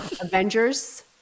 Avengers